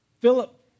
Philip